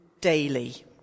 daily